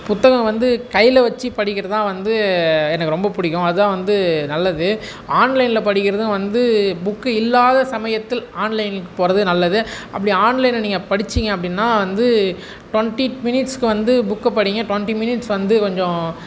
புத்தகம் வந்து கையில் வச்சி படிக்கிறது தான் வந்து எனக்கு ரொம்ப பிடிக்கும் அதான் வந்து நல்லது ஆன்லைனில் படிக்கிறதும் வந்து புக்கு இல்லாத சமயத்தில் ஆன்லைன்க்கு போகிறது நல்லது அப்படி ஆன்லைனில் நீங்கள் படிச்சீங்க அப்படினா வந்து ட்வெண்டி மினிட்ஸ்க்கு வந்து புக்கு படிங்க ட்வெண்டி மினிட்ஸ் ட்வெண்டி வந்து கொஞ்சம்